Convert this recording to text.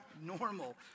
normal